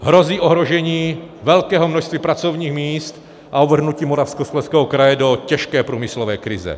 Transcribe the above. Hrozí ohrožení velkého množství pracovních míst a uvrhnutí Moravskoslezského kraje do těžké průmyslové krize.